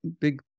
big